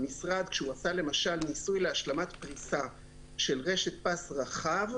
למשל ניסיון להשלמת פריסה של רשת פס רחב,